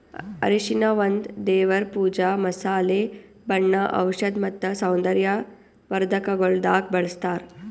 ಅರಿಶಿನ ಒಂದ್ ದೇವರ್ ಪೂಜಾ, ಮಸಾಲೆ, ಬಣ್ಣ, ಔಷಧ್ ಮತ್ತ ಸೌಂದರ್ಯ ವರ್ಧಕಗೊಳ್ದಾಗ್ ಬಳ್ಸತಾರ್